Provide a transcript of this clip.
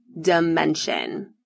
dimension